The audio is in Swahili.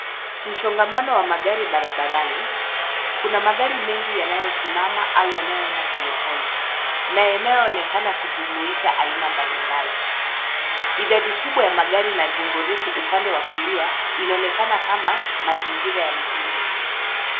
Msongamano wa magari barabarani, kuna magari mengi yanayo simama au yanayoenda polepole na yanayoonekana kujumuisha aina mbalimbali. Idadi kubwa ya magari na jengo refu upande wa kulia inaonekana kama mazingira ya mjini.